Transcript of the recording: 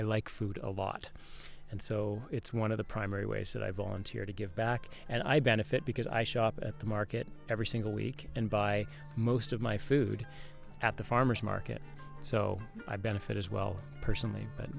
i like food a lot and so it's one of the primary ways that i volunteer to give back and i benefit because i shop at the market every single week and buy most of my food at the farmer's market so i benefit as well personally but